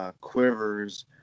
quivers